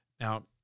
Now